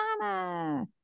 mama